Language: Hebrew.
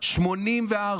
84